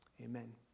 Amen